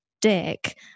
dick